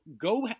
go